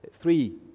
Three